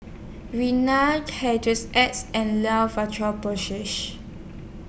X and Porsay